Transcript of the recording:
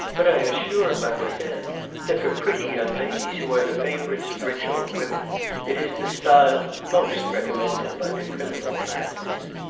but i assure mademoiselle that for pretty young ladies who are the favourites of rich old women it is the style most recommended by the criminal classes.